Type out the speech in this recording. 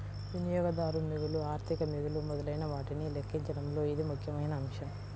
వినియోగదారు మిగులు, ఆర్థిక మిగులు మొదలైనవాటిని లెక్కించడంలో ఇది ముఖ్యమైన అంశం